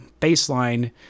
baseline